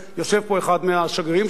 יושב פה אחד מהשגרירים שלנו,